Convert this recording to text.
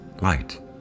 light